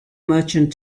merchant